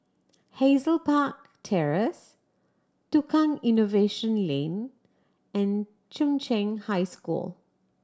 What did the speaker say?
Hazel Park Terrace Tukang Innovation Lane and Chung Cheng High School